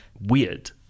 weird